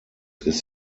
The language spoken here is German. ist